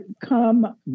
come